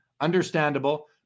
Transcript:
understandable